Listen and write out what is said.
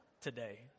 today